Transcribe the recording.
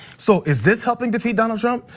so is this helping defeat donald trump?